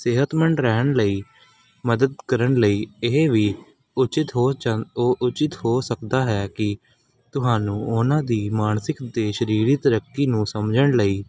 ਸਿਹਤਮੰਦ ਰਹਿਣ ਲਈ ਮਦਦ ਕਰਨ ਲਈ ਇਹ ਵੀ ਉੱਚਿਤ ਹੋ ਜਾ ਓ ਉੱਚਿਤ ਹੋ ਸਕਦਾ ਹੈ ਕਿ ਤੁਹਾਨੂੰ ਉਹਨਾਂ ਦੀ ਮਾਨਸਿਕ ਅਤੇ ਸਰੀਰਿਕ ਤਰੱਕੀ ਨੂੰ ਸਮਝਣ ਲਈ